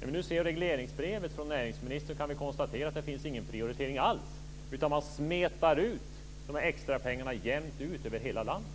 När vi nu ser regleringsbrevet från näringsministern kan vi konstatera att det inte finns någon prioritering alls, utan man smetar ut extrapengarna jämnt över helt landet.